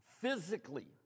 physically